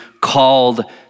called